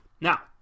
Now